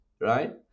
right